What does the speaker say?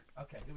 Okay